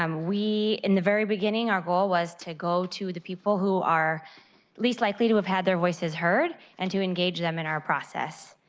um we, in the very beginning, our goal was to go to the people who are least likely to have had their voices heard and to engage them in our process.